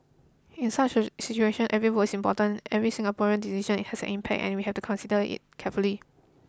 in such a situation every vote is important every Singaporean's decision has an impact and we have to consider it carefully